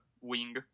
wing